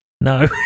No